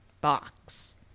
box